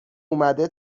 اومده